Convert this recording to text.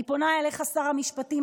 אני פונה אליך, שר המשפטים.